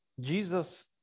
Jesus